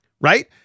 right